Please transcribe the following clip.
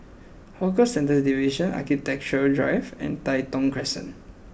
Hawker Centres Division Architecture Drive and Tai Thong Crescent